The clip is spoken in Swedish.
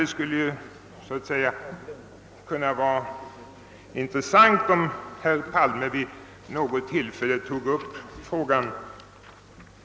Det skulle därför vara intressant om herr Palme vid något tillfälle tog upp saken.